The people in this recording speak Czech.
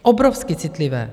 Obrovsky citlivé.